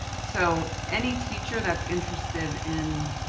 so any teacher that's interested in,